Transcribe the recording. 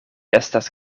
estas